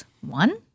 One